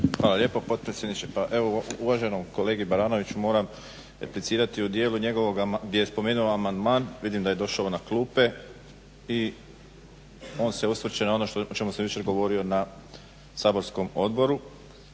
Hvala lijepo potpredsjedniče. Pa evo uvaženom kolegi Baranoviću moram replicirati u dijelu gdje je spomenuo amandman. Vidim da je došao na klupe i on se osvrće na ono o čemu sam jučer govorio na saborskom odboru